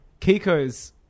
Kiko's